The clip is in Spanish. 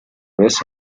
vez